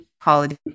holiday